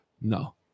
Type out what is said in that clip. No